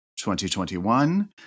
2021